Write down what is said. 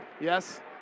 Yes